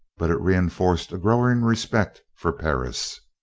but it reinforced a growing respect for perris.